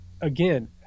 again